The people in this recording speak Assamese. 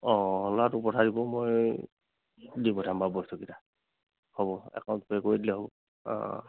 অ' ল'ৰাটো পঠাই দিব মই দি পঠাম বাৰু বস্তুকেইটা হ'ব একাউন্ট পে' কৰি দিলেই হ'ব অ' অ'